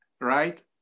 Right